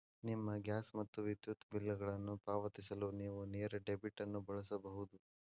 ನಿಮ್ಮ ಗ್ಯಾಸ್ ಮತ್ತು ವಿದ್ಯುತ್ ಬಿಲ್ಗಳನ್ನು ಪಾವತಿಸಲು ನೇವು ನೇರ ಡೆಬಿಟ್ ಅನ್ನು ಬಳಸಬಹುದು